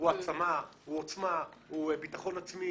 הוא העצמה, הוא עוצמה, הוא ביטחון עצמי,